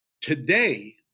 Today